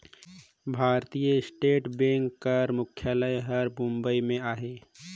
भारतीय state bank कर मुख्यालय हर बंबई में अहे